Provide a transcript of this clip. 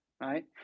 Right